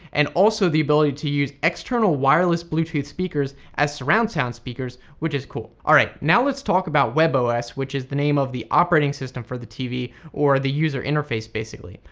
and also the ability to use external wireless bluetooth speakers as surround sound speakers, which is cool. alright now let's talk about webos, which is the name of the operating system for the tv, or the user interface basically.